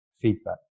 feedback